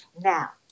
Now